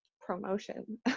promotion